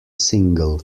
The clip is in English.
single